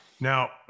Now